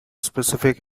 specific